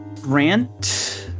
Grant